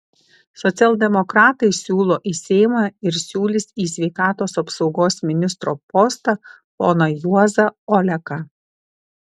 socialdemokratai siūlo į seimą ir siūlys į sveikatos apsaugos ministro postą poną juozą oleką